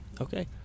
Okay